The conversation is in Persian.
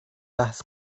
بحث